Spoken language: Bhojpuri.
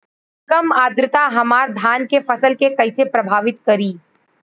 कम आद्रता हमार धान के फसल के कइसे प्रभावित करी?